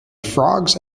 frogs